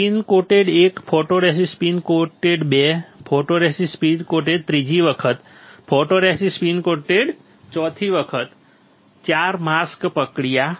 spin coated 1 photoresist spin coated 2 photoresist spin coated ત્રીજી વખત photoresist spin coated ચોથી વખત 4 માસ્ક પ્રક્રિયા